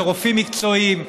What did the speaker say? לרופאים מקצועיים,